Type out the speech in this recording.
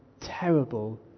terrible